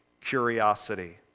curiosity